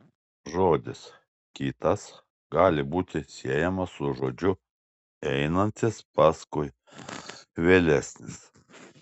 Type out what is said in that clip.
žodis kitas gali būti siejamas su žodžiu einantis paskui vėlesnis